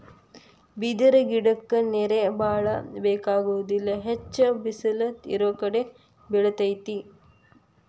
ಬಿದಿರ ಗಿಡಕ್ಕ ನೇರ ಬಾಳ ಬೆಕಾಗುದಿಲ್ಲಾ ಹೆಚ್ಚ ಬಿಸಲ ಇರುಕಡೆ ಬೆಳಿತೆತಿ